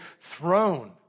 throne